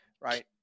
right